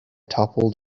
toppled